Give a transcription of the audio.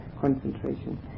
concentration